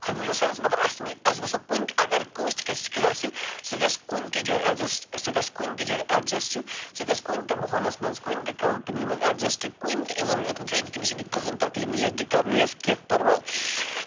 حٔبیٖب اللہ مطلب اَسہِ چھِنہٕ یہِ اَسہِ گوٚژھ نہٕ کُنۍ تہِ اَگر کٲنٛسہِ تہِ کیٚنٛہہ سِکِل آسہِ سُہ گژھِ کُنہِ تہِ جایہِ اٮ۪ڈجَسٹ سُہ گژھِ کُنہِ تہِ جایہِ اٮ۪ڈجَسٹ سُہ گژھِ کُنہِ تہِ ماحولَس منٛز کُنہِ تہِ کَمپٕنی منٛز اٮ۪ڈجَسٹ کُنہِ تہِ تٔمِس یی نہٕ کٕہیٖنۍ تَکلیٖف نَہ یِیَس دِقعت نَہ یِیَس کیٚنٛہہ پَرواے